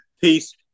Peace